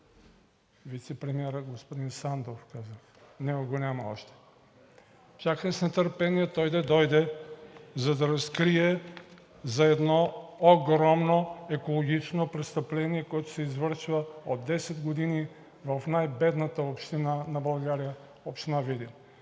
Вицепремиерът господин Сандов казах – него го няма още. Чаках с нетърпение той да дойде, за да разкрие за едно огромно екологично престъпление, което се извършва от 10 години в най-бедната община на България – община Видин.